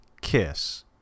KISS